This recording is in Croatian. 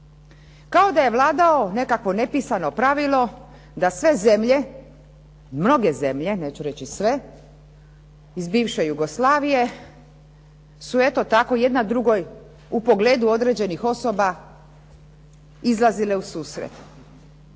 Kao da je vladalo nekakvo nepisano pravilo da sve zemlje, mnoge zemlje, neću reći sve, iz bivše Jugoslavije su eto tako jedna drugoj u pogledu određenih osoba izlazile u susret.